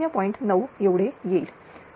9 एवढे येईल